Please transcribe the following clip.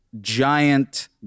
giant